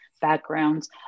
backgrounds